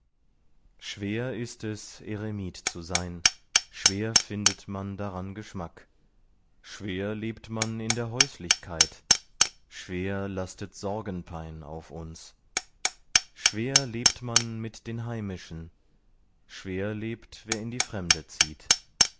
schwer ist es eremit zu sein schwer findet man daran geschmack schwer lebt man in der häuslichkeit schwer lastet sorgenpein auf uns schwer lebt man mit den heimischen schwer lebt wer in die fremde zieht